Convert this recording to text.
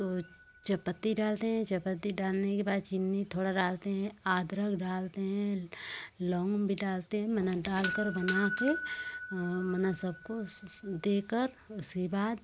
तो चायपत्ती डालते हैं चायपत्ती डालने के बाद चीनी थोड़ा डालते हैं अदरक डालते है लौंग भी डालते हैं मना डाल कर बना के मना मतलब सब कुछ देकर उसके बाद